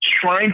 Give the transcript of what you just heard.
trying